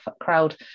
crowd